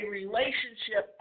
relationship